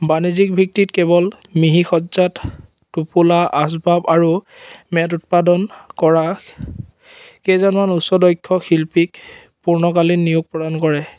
বাণিজ্যিক ভিত্তিত কেৱল মিহি সজ্জাত টোপোলা আচবাব আৰু মেট উৎপাদন কৰা কেইজনমান উচ্চদক্ষ শিল্পীক পূৰ্ণকালী নিয়োগ প্ৰদান কৰে